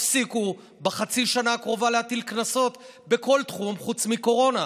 תפסיקו בחצי השנה הקרובה להטיל קנסות בכל תחום חוץ מקורונה.